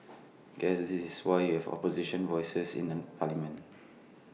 guess this is why we have opposition voices in an parliament